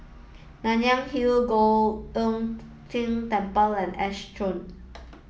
Nanyang Hill Giok Hong Tian Temple and Ash Grove